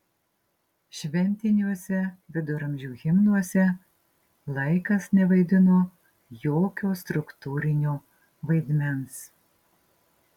šventiniuose viduramžių himnuose laikas nevaidino jokio struktūrinio vaidmens